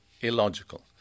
illogical